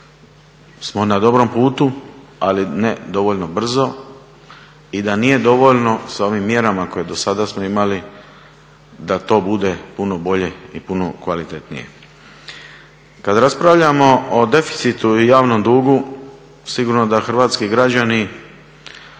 smo na dobrom putu, ali ne dovoljno brzo i da nije dovoljno sa ovim mjerama koje smo do sada imali da to bude puno bolje i puno kvalitetnije. Kada raspravljamo o deficitu i javnom dugu, sigurno da hrvatski građani